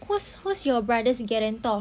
who's who's your brother's guarantor